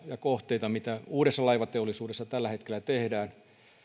ja innovaatioita mitä uudessa laivateollisuudessa tällä hetkellä tehdään